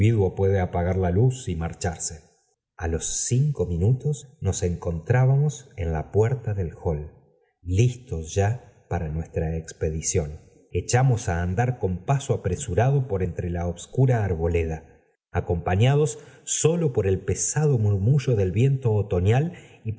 puede apagar la luz y marcharse a los cinco minutos nos encontrábamos en la puerta del hall listos ya para nuestra expedición echamos á andar con paso apresurado por entre la obscura arboleda acompañados sólo por el pesado murmullo del viento otoñal